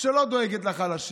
שלא דואגת לחלשים,